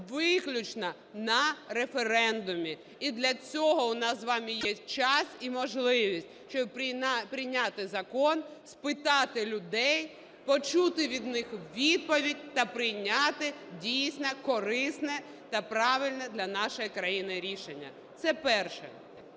виключно на референдумі і для цього у нас з вами є час, і можливість, щоб прийняти закон, спитати людей, почути від них відповідь та прийняти дійсно корисне, та правильне для нашої країни рішення, це перше.